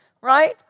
right